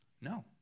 No